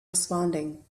responding